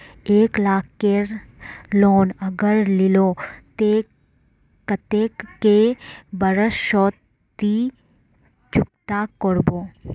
एक लाख केर लोन अगर लिलो ते कतेक कै बरश सोत ती चुकता करबो?